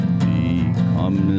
become